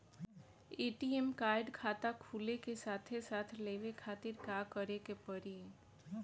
ATM card खाता खुले के साथे साथ लेवे खातिर का करे के पड़ी?